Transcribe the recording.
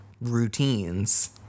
routines